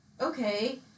okay